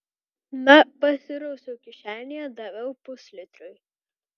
na pasirausiau kišenėje daviau puslitriui